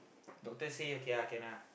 doctor say okay ah can ah